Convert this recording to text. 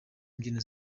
imbyino